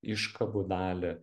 iškabų dalį